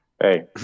hey